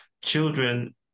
children